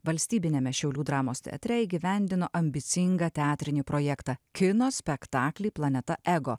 valstybiniame šiaulių dramos teatre įgyvendino ambicingą teatrinį projektą kino spektaklį planeta ego